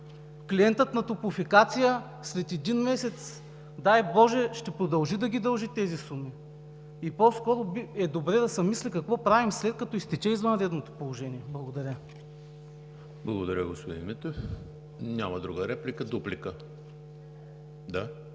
Клиентът на „Топлофикация“ след един месец, дай боже, ще продължи да ги дължи тези суми. По-скоро е добре да се мисли какво правим, след като изтече извънредното положение. Благодаря. ПРЕДСЕДАТЕЛ ЕМИЛ ХРИСТОВ: Благодаря, господин Митев. Няма друга реплика. Дуплика.